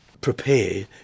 prepare